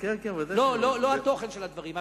לא התוכן של הדברים.